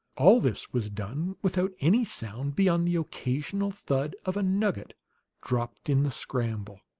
all this was done without any sound beyond the occasional thud of a nugget dropped in the scramble.